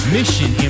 Mission